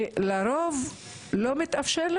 שלרוב זה לא מתאפשר,